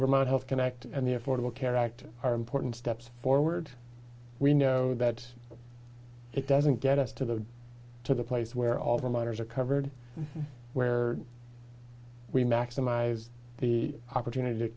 vermont health connect and the affordable care act are important steps forward we know that it doesn't get us to the to the place where all the miners are covered where we maximize the opportunity to